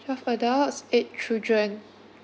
twelve adults eight children